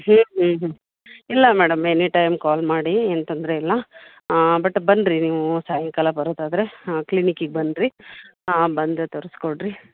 ಹ್ಞೂ ಹ್ಞೂ ಹ್ಞೂ ಇಲ್ಲ ಮೇಡಮ್ ಎನಿಟೈಮ್ ಕಾಲ್ ಮಾಡಿ ಏನು ತೊಂದರೆ ಇಲ್ಲ ಬಟ್ ಬನ್ನಿರಿ ನೀವು ಸಾಯಂಕಾಲ ಬರೋದಾದರೆ ಹಾಂ ಕ್ಲೀನಿಕಿಗೆ ಬನ್ನಿರಿ ಹಾಂ ಬಂದು ತೋರಿಸ್ಕೊಡ್ರಿ